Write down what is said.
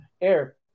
air